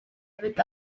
fynd